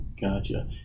Gotcha